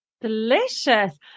Delicious